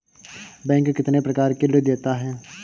Bank कितने प्रकार के ऋण देता है?